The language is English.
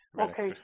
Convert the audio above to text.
Okay